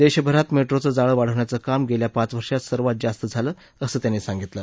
देशभरात मेट्रोचं जाळ वाढवण्याचं काम गेल्या पाच वर्षात सर्वात जास्त झालं असं त्यांनी सांगितलं